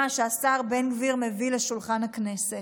שהשר בן גביר מביא לשולחן הכנסת.